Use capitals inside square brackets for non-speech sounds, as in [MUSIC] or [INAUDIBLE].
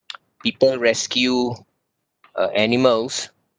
[NOISE] people rescue uh animals